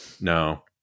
No